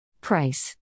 Price